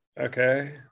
Okay